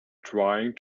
trying